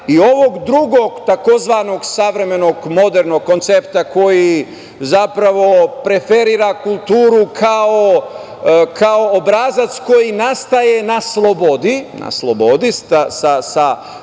i ovog drugog tzv. savremenog modernog koncepta koji zapravo preferira kulturu kao obrazac koji nastaje na slobodi sa navodnicima,